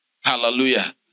Hallelujah